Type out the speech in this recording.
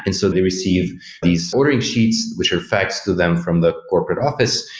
and so they receive these ordering sheets, which are faxed to them from the corporate office,